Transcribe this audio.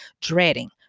dreading